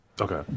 Okay